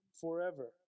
Forever